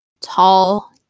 tall